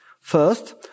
First